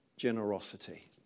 Generosity